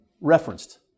referenced